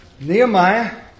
Nehemiah